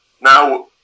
Now